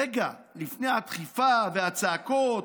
רגע לפני הדחיפה והצעקות,